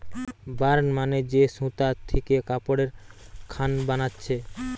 burn মানে যে সুতা থিকে কাপড়ের খান বানাচ্ছে